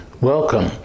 welcome